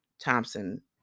thompson